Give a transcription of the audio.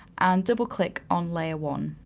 and double click on layer one.